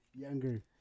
younger